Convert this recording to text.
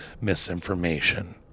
misinformation